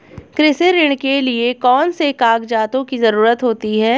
कृषि ऋण के लिऐ कौन से कागजातों की जरूरत होती है?